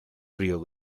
río